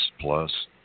plus